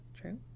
True